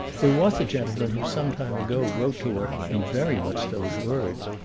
there was a gentleman who some time ago wrote to her in very much those words.